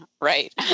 Right